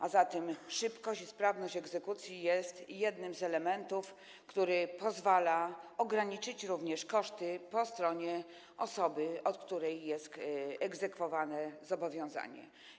A zatem szybkość i sprawność egzekucji są jednymi z elementów, które pozwalają ograniczyć koszty po stronie osoby, od której jest egzekwowane zobowiązanie.